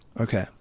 Okay